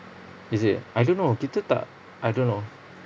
is it I don't know kita tak I don't know